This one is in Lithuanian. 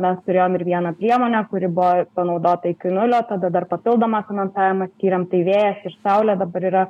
mes turėjom ir vieną priemonę kuri buvo panaudota iki nulio tada dar papildomą finansavimą tyrėm tai vėjas ir saulė dabar yra